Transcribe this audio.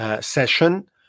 session